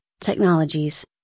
technologies